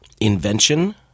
Invention